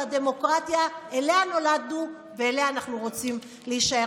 על הדמוקרטיה שאליה נולדנו ובה אנחנו רוצים להישאר,